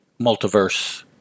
multiverse